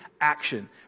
action